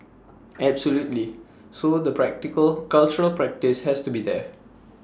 absolutely so the practically cultural practice has to be there